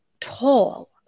tall